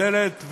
דופק בדלת,